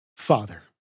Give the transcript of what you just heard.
Father